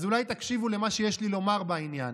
אז אולי תקשיבו למה שיש לי לומר בעניין.